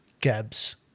Gabs